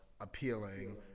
appealing